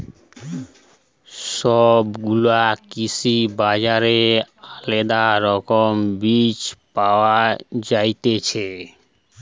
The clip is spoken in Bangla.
সব গুলা কৃষি বাজারে আলদা রকমের বীজ পায়া যায়তিছে